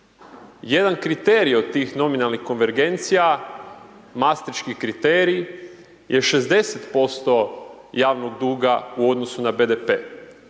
jedan kriterij od tih nominalnih konvergencija, Mastriški kriterij je 60% javnog duga u odnosu na BDP,